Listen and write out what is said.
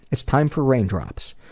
it's time for raindrops.